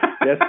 Yes